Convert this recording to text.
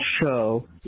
show